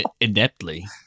ineptly